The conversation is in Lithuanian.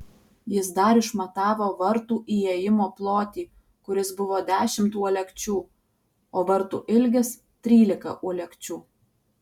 jis dar išmatavo vartų įėjimo plotį kuris buvo dešimt uolekčių o vartų ilgis trylika uolekčių